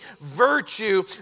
virtue